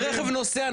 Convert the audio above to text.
רכב נוסע,